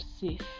safe